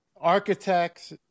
Architects